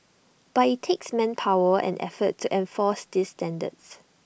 but IT takes manpower and effort to enforce these standards